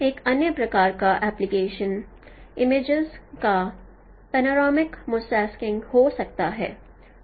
एक अन्य प्रकार का एप्लीकेशन इमेजेस का पनोरमिक मोसाईकिंग हो सकता है